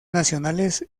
nacionales